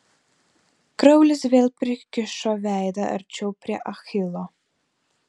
kraulis vėl prikišo veidą arčiau prie achilo